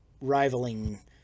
rivaling